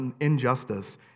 injustice